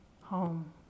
home